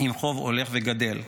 עם חוב הולך וגדל.